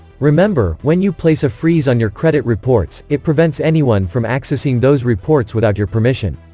remember, when you place a freeze on your credit reports, it prevents anyone from accessing those reports without your permission.